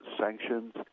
sanctions